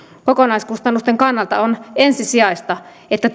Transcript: kokonaiskustannusten kannalta on ensisijaista että